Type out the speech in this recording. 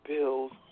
Bills